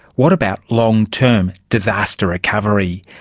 what about long-term disaster recovery?